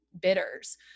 bidders